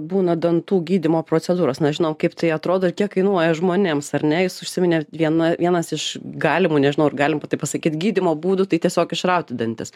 būna dantų gydymo procedūros na žinau kaip tai atrodo kiek kainuoja žmonėms ar ne jūs užsiminėt viena vienas iš galimų nežinau ar galima taip pasakyt gydymo būdų tai tiesiog išrauti dantis